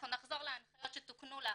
אנחנו נחזור להנחיות שתוקנו לאחרונה,